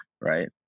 right